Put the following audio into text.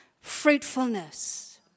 fruitfulness